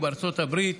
בארצות הברית,